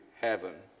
heaven